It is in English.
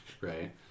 right